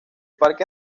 parque